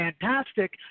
fantastic